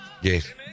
Yes